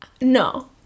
No